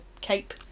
cape